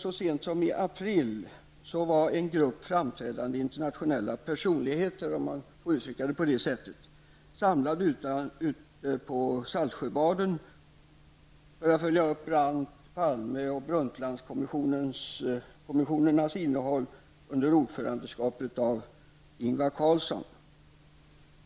Så sent som i april var en grupp framträdande internationella personligheter -- om man får uttrycka det så -- samlade i Saltsjöbaden för att följa upp Brandt-, Palme och Brundtlandkommissionernas innehåll under ordförandeskap av Ingvar Carlsson.